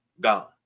gone